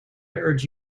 urge